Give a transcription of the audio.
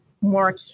more